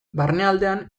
barnealdean